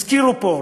הזכירו פה,